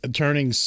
turning